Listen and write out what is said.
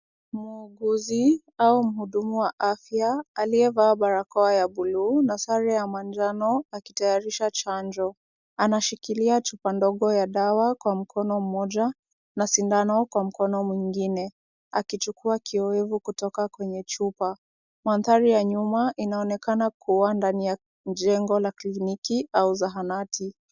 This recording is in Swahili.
Muuguzi au mhudumu wa afya aliyevaa barakoa ya buluu na sare ya manjano akitayarisha chanjo. Anashikilia chupa ndogo ya dawa kwa mkono mmoja na sindano kwa mkono mwingine, akichukua kioevu kutoka kwenye chupa. Mandhari ya nyuma inaonekana kuwa ndani ya jengo la kliniki au zahanati.